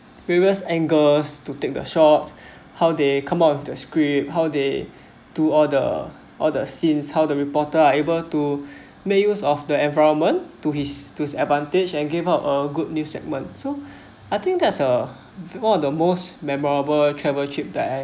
previous angles to take their shoots how they come up with their script how they to all the all the scenes how the reporter are able to make use of the environment to his disadvantage and gave up a good news segment so I think there's a one of the most memorable travel trip that I